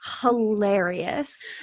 hilarious